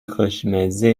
خوشمزه